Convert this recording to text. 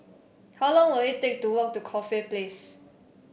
how long will it take to walk to Corfe Place